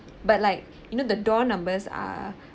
but like you know the door numbers are